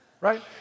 Right